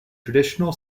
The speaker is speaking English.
traditional